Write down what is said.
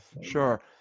Sure